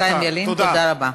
חבר הכנסת חיים ילין, תודה רבה.